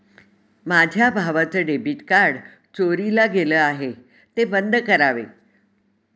माझ्या भावाचं debit card चोरीला गेलं आहे, ते बंद करावे